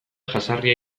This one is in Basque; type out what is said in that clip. jazarria